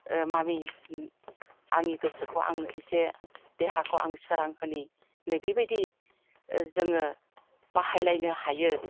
mummy आंनि गोसोखौ आङो एसे देहाखौ आं सोरांहोनि नैबिबायदि जोङो बाहायलायनो हायो